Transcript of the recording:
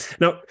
Now